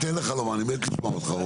אני אתן לך לומר, אני מת לשמוע אותך, רון.